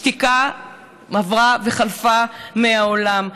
השתיקה עברה וחלפה מן העולם.